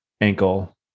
ankle